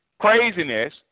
Craziness